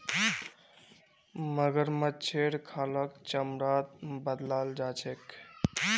मगरमच्छेर खालक चमड़ात बदलाल जा छेक